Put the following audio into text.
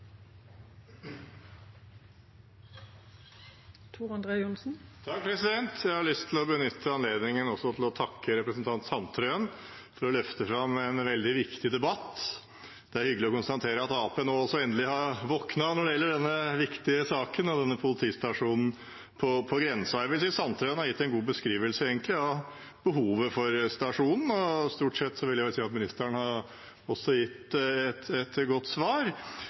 Jeg har lyst til å benytte anledningen til å takke representanten Sandtrøen for å løfte fram en veldig viktig debatt. Det er hyggelig å konstatere at også Arbeiderpartiet nå endelig har våknet når det gjelder denne viktige saken, denne politistasjonen på grensen. Jeg vil si at Sandtrøen egentlig har gitt en god beskrivelse av behovet for stasjonen, og jeg vil vel si at ministeren stort sett også har gitt et godt svar.